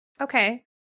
okay